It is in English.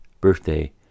birthday